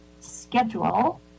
schedule